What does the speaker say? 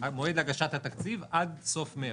מועד הגשת התקציב עד סוף מרץ.